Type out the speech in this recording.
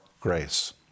grace